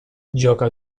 gioca